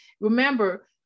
remember